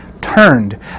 turned